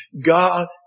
God